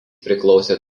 priklausė